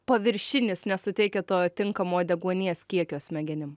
paviršinis nesuteikia to tinkamo deguonies kiekio smegenim